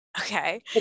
Okay